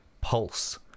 pulse